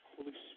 Holy